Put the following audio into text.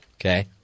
Okay